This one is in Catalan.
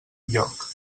lloc